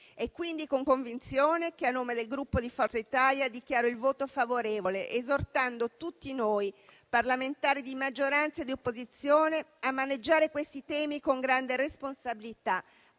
È quindi con convinzione che, a nome del Gruppo Forza Italia, dichiaro il voto favorevole, esortando tutti noi parlamentari di maggioranza e di opposizione a maneggiare questi temi con grande responsabilità,